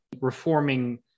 reforming